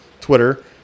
Twitter